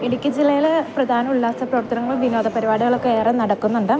ഇടുക്കി ജില്ലയിൽ പ്രധാന ഉല്ലാസ പ്രവർത്തനങ്ങൾ വിനോദ പരിപാടികളൊക്കെ ഏറെ നടക്കുന്നുണ്ട്